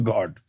God